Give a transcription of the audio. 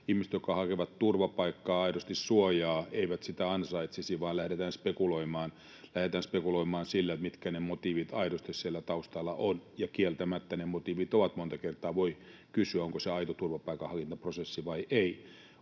ihmiset, jotka hakevat turvapaikkaa, aidosti suojaa, eivät sitä ansaitsisi, vaan lähdetään spekuloimaan, spekuloimaan sillä, mitkä ne motiivit aidosti siellä taustalla ovat. — Ja kieltämättä niistä motiiveista monta kertaa voi kysyä, onko se aito turvapaikanhakuprosessi vai ei.